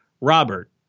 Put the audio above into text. Robert